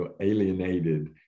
alienated